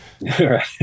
Right